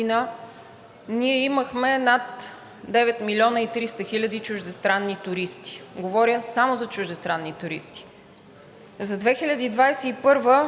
ние имахме над 9 млн. 300 хил. чуждестранни туристи. Говоря само за чуждестранни туристи. За 2021